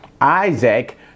Isaac